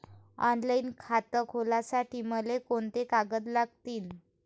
Online खातं खोलासाठी मले कोंते कागद लागतील?